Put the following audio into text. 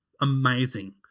amazing